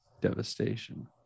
devastation